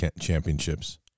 championships